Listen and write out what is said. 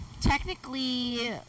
Technically